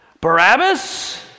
Barabbas